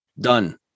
done